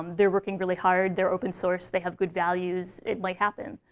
um they're working really hard. they're open source. they have good values. it might happen.